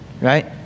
right